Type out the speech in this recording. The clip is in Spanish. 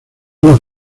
las